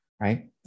right